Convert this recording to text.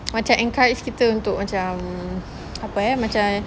macam encourage kita untuk macam apa macam